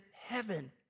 heaven